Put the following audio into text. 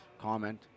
comment